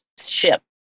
ship